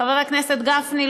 חבר הכנסת גפני.